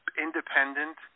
independent